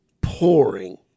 pouring